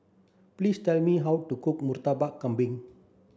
please tell me how to cook Murtabak Kambing